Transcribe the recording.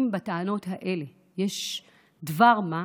אם בטענות האלה יש דבר מה,